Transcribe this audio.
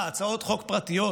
מה, הצעות חוק פרטיות